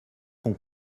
son